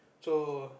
so